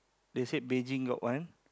they said Beijing got one